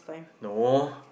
no